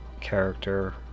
character